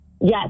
yes